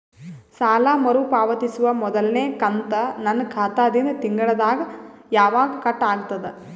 ಸಾಲಾ ಮರು ಪಾವತಿಸುವ ಮೊದಲನೇ ಕಂತ ನನ್ನ ಖಾತಾ ದಿಂದ ತಿಂಗಳದಾಗ ಯವಾಗ ಕಟ್ ಆಗತದ?